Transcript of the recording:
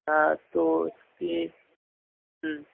ہاں تو پلیز